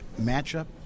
matchup